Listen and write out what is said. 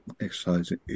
exercise